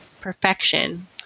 perfection